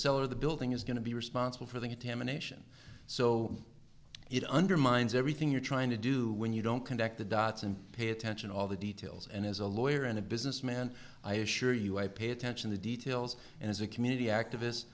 seller of the building is going to be responsible for the contamination so it undermines everything you're trying to do when you don't connect the dots and pay attention all the details and as a lawyer and a businessman i assure you i pay attention to details and as a community activist